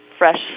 Fresh